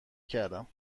کردم